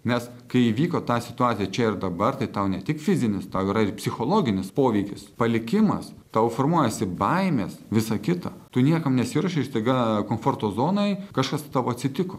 nes kai įvyko ta situacija čia ir dabar tai tau ne tik fizinis tai jau yra ir psichologinis poveikis palikimas tau formuojasi baimės visa kita tu niekam nesiruošei staiga komforto zonai kažkas tau atsitiko